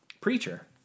preacher